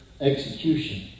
execution